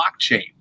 blockchain